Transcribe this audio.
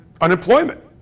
unemployment